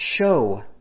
show